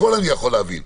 הכול אני יכול להבין.